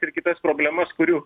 ir kitas problemas kurių